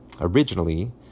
originally